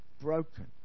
broken